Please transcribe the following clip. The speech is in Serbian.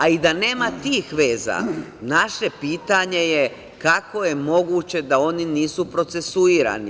A i da nema tih veza, naše pitanje je - kako je moguće da oni nisu procesuirani?